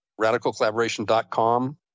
radicalcollaboration.com